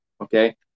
Okay